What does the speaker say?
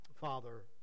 Father